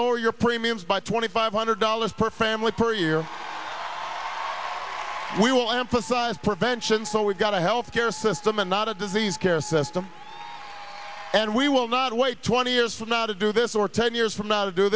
lower your premiums by twenty five hundred dollars per family per year we will emphasize prevention so we've got a health care system and not a disease care system and we will not wait twenty years from now to do this or ten years from now to do